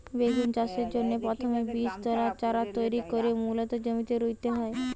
বেগুন চাষের জন্যে প্রথমে বীজতলায় চারা তৈরি কোরে মূল জমিতে রুইতে হয়